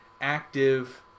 active